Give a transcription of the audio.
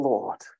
Lord